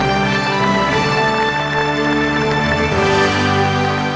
and